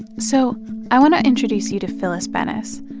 so i want to introduce you to phyllis bennis.